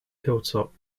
hilltop